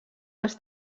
els